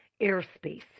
airspace